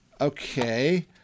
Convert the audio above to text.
Okay